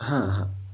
हां हां